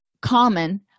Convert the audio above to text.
common